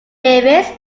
davies